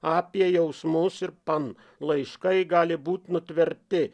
apie jausmus ir pan laiškai gali būti nutverti